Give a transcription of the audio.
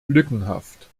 lückenhaft